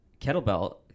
kettlebell